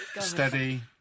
Steady